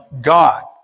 God